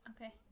Okay